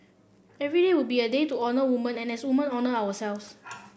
every day would be a day to honour women and as women honour ourselves